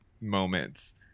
moments